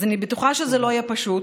אז אני בטוחה שזה לא יהיה פשוט